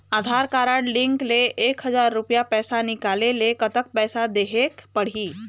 आधार card link ले एक हजार रुपया पैसा निकाले ले कतक पैसा देहेक पड़ही?